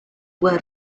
were